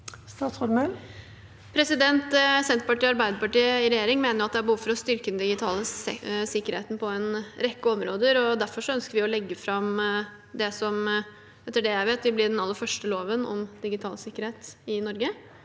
Statsråd Emilie Mehl Senterpartiet og Arbeiderpartiet i regjering mener det er behov for å styrke den digitale sikkerheten på en rekke områder. Derfor ønsker vi å legge fram det som etter det jeg vet, vil bli den aller første loven om digital sikkerhet i Norge.